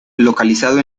localizado